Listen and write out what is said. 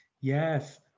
Yes